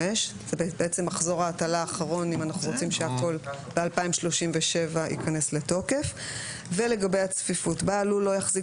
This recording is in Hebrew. התשצ"ה (1 ביוני 2035). 27. צפיפות בלול כלובים בעל לול לא יחזיק